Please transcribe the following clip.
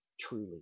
truly